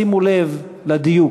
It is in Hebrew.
שימו לב לדיוק,